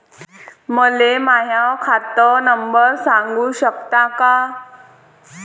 मले माह्या खात नंबर सांगु सकता का?